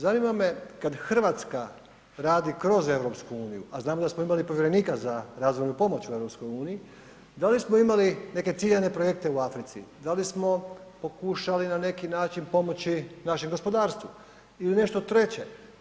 Zanima me kad Hrvatska radi kroz EU, a znamo da smo imali povjerenika za razvojnu pomoću u EU, da li smo imali neke ciljane projekte u Africi, da li smo pokušali na neki način pomoći našem gospodarstvu ili nešto treće?